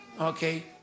Okay